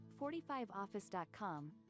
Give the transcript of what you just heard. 45office.com